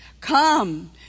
Come